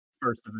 first